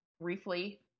briefly